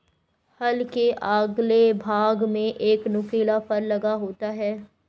हल के अगले भाग में एक नुकीला फर लगा होता है